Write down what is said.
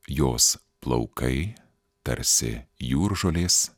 jos plaukai tarsi jūržolės